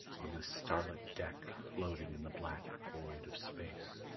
on this starlit deck floating in the black void of space.